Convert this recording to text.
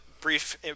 brief